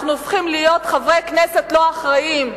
אנחנו הופכים להיות חברי כנסת לא אחראיים.